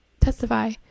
testify